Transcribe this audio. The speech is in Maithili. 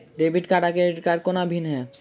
डेबिट कार्ड आ क्रेडिट कोना भिन्न है?